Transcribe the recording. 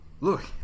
Look